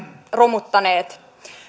romuttaneet